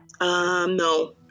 No